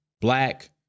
black